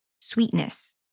sweetness